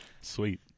Sweet